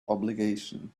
obligation